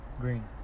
Green